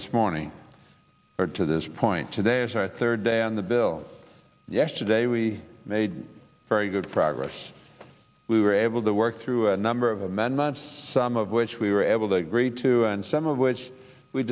this morning to this point today as i third day on the bill yesterday we made very good progress we were able to work through a number of amendments some of which we were able to agree to and some of which we